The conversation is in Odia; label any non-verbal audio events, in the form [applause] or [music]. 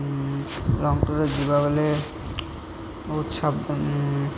ଲଙ୍ଗ୍ ଟୁର୍ରେ ଯିବା ବେଳେ ବହୁତ [unintelligible]